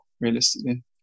realistically